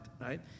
right